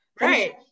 right